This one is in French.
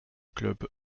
club